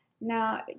Now